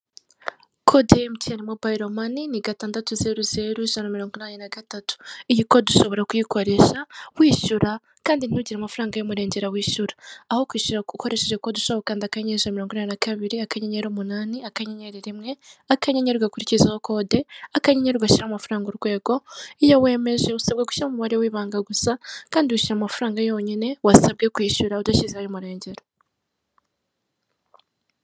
Kode ya Emutiyeni mobayiro mani ni gatandatu zeru zeru ijana na mirongo inani na gatatu, iyi kode ushobora kuyikoresha wishyura kandi ntugire amafaranga y'umurengera wishyura, aho kwishyura ukoresheje kode ushobora gukanda akanyenyeri ijana na mirongo inani na kabiri akanyenyeri umunani akanyenyeri ugakurikizaho kode akanyenyeri ugashyiraho amafaranga urwego, iyo wemeje usabwa gushyiramo umubare w'ibanga gusa kandi wishyura amafaranga yonyine wasabwe kwishyura udashyizeho ay'umurengera.